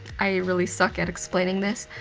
i really suck at explaining this.